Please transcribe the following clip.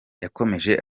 yakomeje